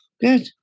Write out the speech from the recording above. Good